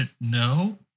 no